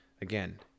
Again